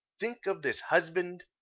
think of this husband.